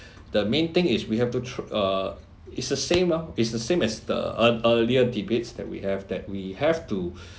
the main thing is we have to try uh it's the same ah it's the same as the uh earlier debates that we have that we have to